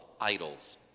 idols